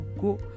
go